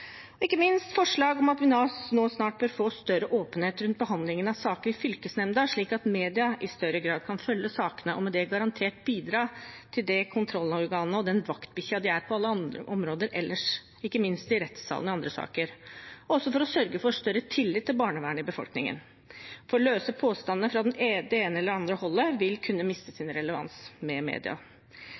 og ikke minst forslaget om at vi snart bør få større åpenhet rundt behandlingen av saker i fylkesnemnda, slik at media i større grad kan følge sakene og med det garantert bidra som det kontrollorganet og den vaktbikkja de er på alle andre områder, ikke minst i rettssalene i andre saker, og også for å sørge for større tillit til barnevernet i befolkningen. Løse påstander fra det ene eller det andre holdet vil kunne miste sin relevans med media.